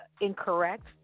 incorrect